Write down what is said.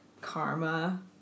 karma